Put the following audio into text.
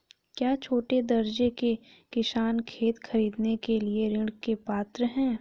क्या छोटे दर्जे के किसान खेत खरीदने के लिए ऋृण के पात्र हैं?